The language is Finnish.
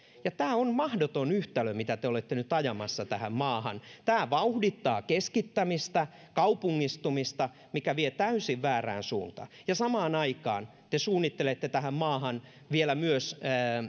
tämä on mahdoton yhtälö mitä te olette nyt ajamassa tähän maahan tämä vauhdittaa keskittämistä ja kaupungistumista mikä vie täysin väärään suuntaan ja samaan aikaan te suunnittelette tähän maahan vielä myös